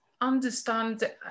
understand